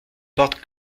porte